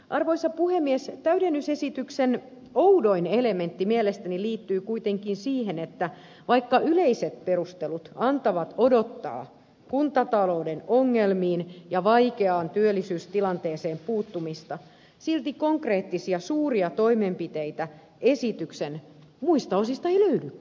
arvoisa puhemies täydennysesityksen oudoin elementti mielestäni liittyy kuitenkin siihen että vaikka yleiset perustelut antavat odottaa kuntatalouden ongelmiin ja vaikeaan työllisyystilanteeseen puuttumista silti konkreettisia suuria toimenpiteitä esityksen muista osista ei löydykään